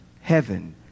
heaven